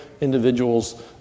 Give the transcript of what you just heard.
individuals